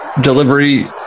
delivery